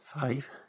Five